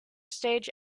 stage